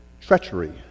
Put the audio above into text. treachery